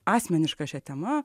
asmeniška šia tema